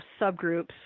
subgroups